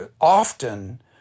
often